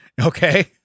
okay